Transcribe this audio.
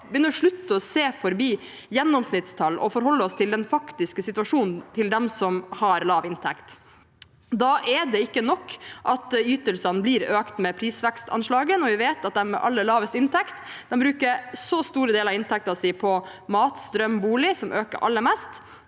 begynne å se forbi gjennomsnittstall og forholde oss til den faktiske situasjonen til dem som har lav inntekt. Da er det ikke nok at ytelsene blir økt med prisvekstanslaget, når vi vet at de med aller lavest inntekt bruker så store deler av inntekten sin på mat, strøm, bolig, som øker aller mest,